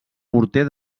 morter